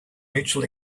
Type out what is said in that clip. mutual